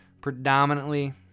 predominantly